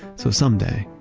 so someday,